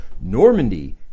Normandy